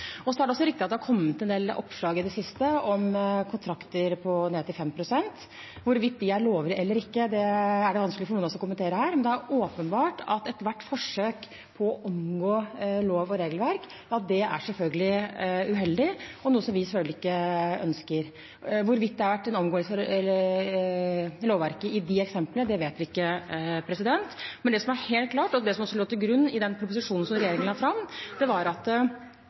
er også riktig at det har kommet en del oppslag i det siste om kontrakter på ned til 5 pst. Hvorvidt de er lovlige eller ikke, er det vanskelig for noen av oss å kommentere her, men det er åpenbart at ethvert forsøk på å omgå lov og regelverk er uheldig, og noe som vi selvfølgelig ikke ønsker. Hvorvidt det har vært en omgåelse av lovverket i de eksemplene, vet vi ikke, men det som er helt klart, og det som også lå til grunn i den proposisjonen som regjeringen la fram, er at